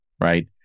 right